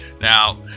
Now